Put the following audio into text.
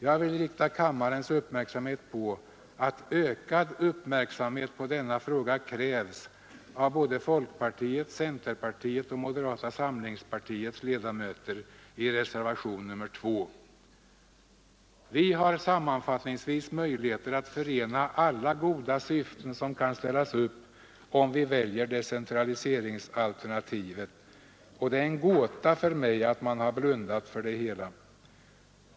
Jag vill erinra kammaren om att ökad uppmärksamhet på denna fråga krävs av folkpartiets, centerpartiets och moderata samlingspartiets ledamöter i reservationen 2. Vi har sammanfattningsvis möjligheter att förena alla goda syften om vi väljer decentraliseringsalternativet. Det är en gåta för mig att man har blundat för detta.